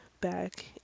back